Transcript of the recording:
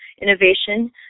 innovation